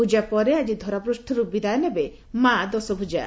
ପୂଜା ପରେ ଆକି ଧରାପୂଷ୍ଟରୁ ବିଦାୟ ନେବେ ମହା ଦଶଭୁଜା